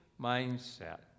mindset